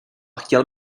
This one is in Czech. chtěl